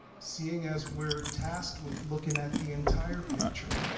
seeing as we're tasked with looking at the entire picture,